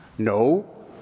No